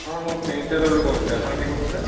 ହଁ ମୁଁ ପିଂସାର ରୁ କହୁଥିଲି ଆପଣ କିଏ କହୁଥିଲେ